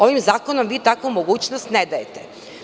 Ovim zakonom vi takvu mogućnost ne dajete.